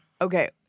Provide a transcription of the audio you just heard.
Okay